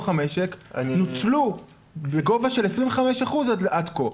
המשק נוצלו רק עד גובה של 25% עד כה.